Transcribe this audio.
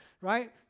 right